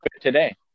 today